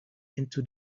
into